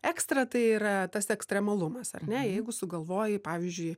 ekstra tai yra tas ekstremalumas ar ne jeigu sugalvojai pavyzdžiui